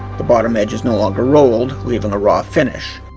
the bottom edge was no longer rolled, leaving a raw finish.